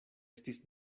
estis